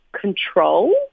control